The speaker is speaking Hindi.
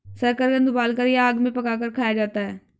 शकरकंद उबालकर या आग में पकाकर खाया जाता है